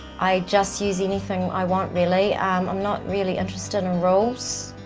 i just use anything i want really i'm i'm not really interested in rules.